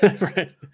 right